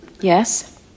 Yes